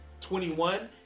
21